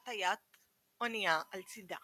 הטיית אונייה על צידה